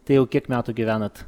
tai jau kiek metų gyvenat